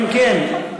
אם כן,